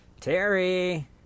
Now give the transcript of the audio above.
Terry